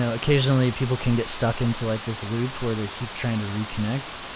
ah occasionally, people can get stuck into like this loop where they keep trying to reconnect.